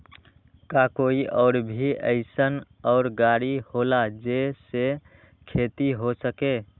का कोई और भी अइसन और गाड़ी होला जे से खेती हो सके?